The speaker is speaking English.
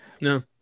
No